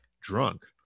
drunk